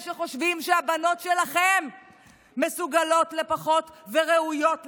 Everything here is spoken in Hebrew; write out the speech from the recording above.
שחושבים שהבנות שלכם מסוגלות לפחות וראויות לפחות,